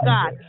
God